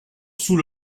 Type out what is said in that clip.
sous